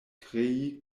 krei